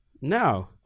No